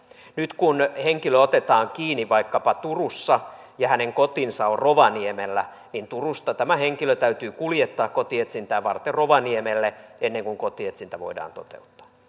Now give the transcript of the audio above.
nyt kun henkilö otetaan kiinni vaikkapa turussa ja hänen kotinsa on rovaniemellä niin turusta tämä henkilö täytyy kuljettaa kotietsintää varten rovaniemelle ennen kuin kotietsintä voidaan toteuttaa